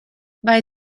vai